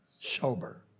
sober